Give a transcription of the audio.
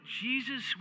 Jesus